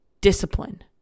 Discipline